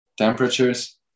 Temperatures